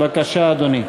בבקשה, אדוני.